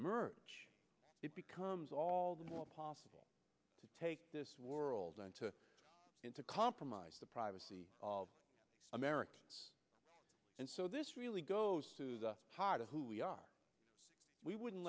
merge it becomes all the more possible to take this world on to into compromise the privacy of america and so this really goes to the heart of who we are we wouldn't